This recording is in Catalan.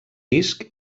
disc